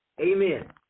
Amen